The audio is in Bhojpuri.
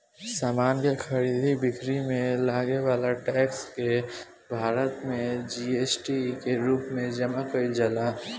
समान के खरीद बिक्री में लागे वाला टैक्स के भारत में जी.एस.टी के रूप में जमा कईल जाला